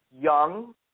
young